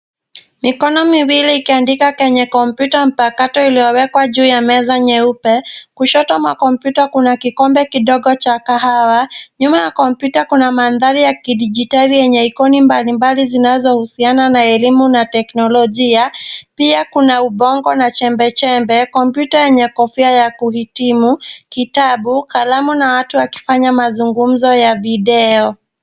Mikono miwili ikiandika kenye kompyuta mpakato iliyowekwa juu ya meza nyeupe. Kushoto mwa kompyuta kuna kikombe kidogo cha kahawa. Nyuma ya kompyuta mandhari ya kidijitali yenye ikoni mbalmbali zinazohusiana na elimu na teknolojia. Pia kuna ubongo na chembechembe. Kompyuta yenye kofia ya kuhitimu, kiyabu, kalamu na watu wakifanya mazungumzo ya video.